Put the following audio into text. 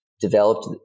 Developed